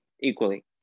equally